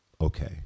okay